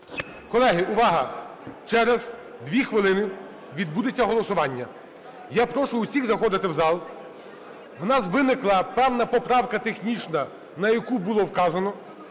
Колеги, увага! Через дві хвилини відбудеться голосування. Я прошу всіх заходити в зал. В нас виникла певна поправка технічна, на яку було вказано.